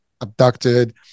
abducted